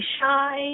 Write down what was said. shy